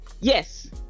Yes